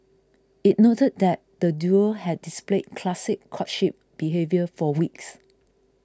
it noted that the duo had displayed classic courtship behaviour for weeks